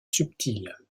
subtile